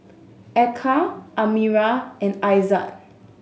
Eka Amirah and Aizat